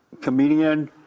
comedian